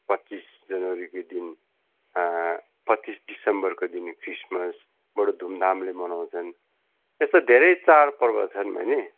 पच्चिस जनवरीको दिन पच्चिस डिसम्बरको दिन क्रिसमस बडो धुमधामले मनाउँछन् त्यस्तो धेरै चाडपर्वहरू छन् बहिनी